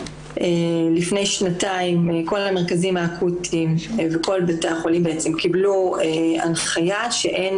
לפני שנתיים כל המרכזים האקוטיים וכל בתי החולים בעצם קיבלו הנחיה שאין